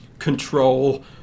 control